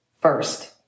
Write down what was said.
first